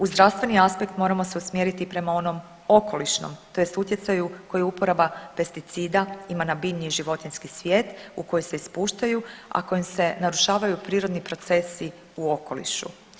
Uz zdravstveni aspekt moramo se usmjeriti i prema onom okolišnom tj. utjecaju koji uporaba pesticida ima na biljni i životinjski svijet u koji se ispuštaju, a kojim se narušavaju prirodni procesi u okolišu.